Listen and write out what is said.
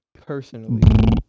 Personally